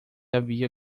havia